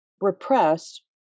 repressed